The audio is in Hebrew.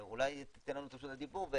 ואולי תיתן לנו את רשות הדיבור.